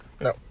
No